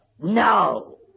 No